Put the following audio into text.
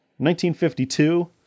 1952